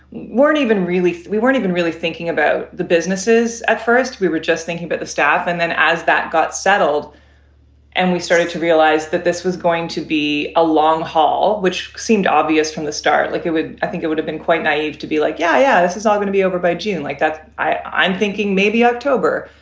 weren't even really we weren't even really thinking about the businesses at first we were just thinking about but the staff and then as that got settled and we started to realize that this was going to be a long haul, which seemed obvious from the start, like it would i think it would have been quite naive to be like, yeah, yeah, this is all going to be over by june like that. i'm thinking maybe october,